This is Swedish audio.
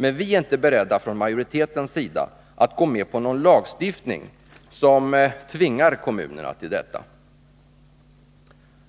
Men vi från majoriteten är inte beredda att gå med på en lagstiftning som tvingar kommunerna till detta.